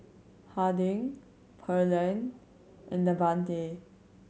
Harding Pearline and Davante